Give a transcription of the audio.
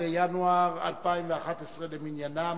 בינואר 2011 למניינם.